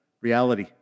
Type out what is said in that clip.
reality